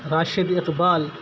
Rashid Iqbal